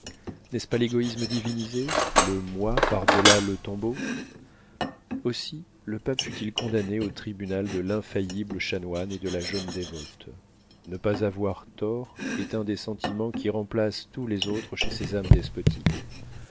n'est-ce pas l'égoïsme divinisé le moi par-delà le tombeau aussi le pape fut-il condamné au tribunal de l'infaillible chanoine et de la jeune dévote ne pas avoir tort est un des sentiments qui remplacent tous les autres chez ces âmes despotiques